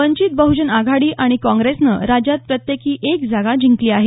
वंचित बहजन आघाडी आणि काँग्रेसनं राज्यात प्रत्येकी एक जागा जिंकली आहे